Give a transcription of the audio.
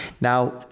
Now